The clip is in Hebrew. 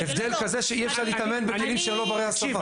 לא --- אם זה באמת הבדל כזה שאי אפשר להתאמן בכלים שהם לא ברי הסבה?